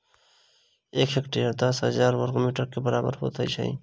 एक हेक्टेयर दस हजार बर्ग मीटर के बराबर होइत अछि